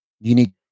unique